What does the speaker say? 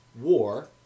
war